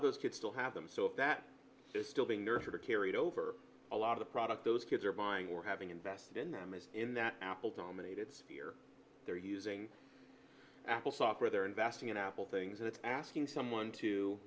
of those kids still have them so that they're still being nurtured are carried over a lot of product those kids are buying or having invested in them is in that apple dominated sphere they're using apple software they're investing in apple things it's asking someone to